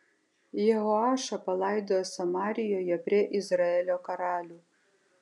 jehoašą palaidojo samarijoje prie izraelio karalių